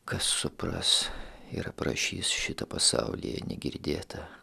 kas supras ir aprašys šitą pasaulyje negirdėtą